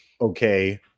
okay